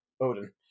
Odin